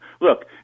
Look